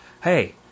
Hey